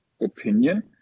opinion